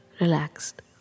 relaxed